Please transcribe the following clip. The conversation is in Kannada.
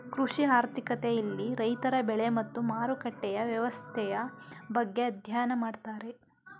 ಕೃಷಿ ಆರ್ಥಿಕತೆ ಇಲ್ಲಿ ರೈತರ ಬೆಳೆ ಮತ್ತು ಮಾರುಕಟ್ಟೆಯ ವ್ಯವಸ್ಥೆಯ ಬಗ್ಗೆ ಅಧ್ಯಯನ ಮಾಡ್ತಾರೆ